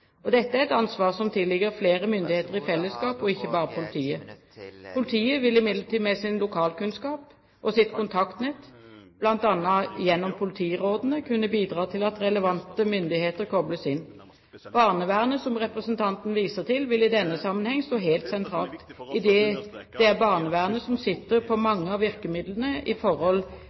Dette er et ansvar som tilligger flere myndigheter i fellesskap og ikke bare politiet. Politiet vil imidlertid med sin lokalkunnskap og sitt kontaktnett, bl.a. gjennom politirådene, kunne bidra til at relevante myndigheter kobles inn. Barnevernet, som representanten viser til, vil i denne sammenheng stå helt sentralt, idet det er barnevernet som sitter på mange av virkemidlene